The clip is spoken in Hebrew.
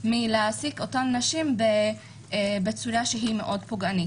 מהעסקה של אותן נשים בצורה שהיא מאוד פוגענית.